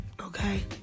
okay